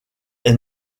est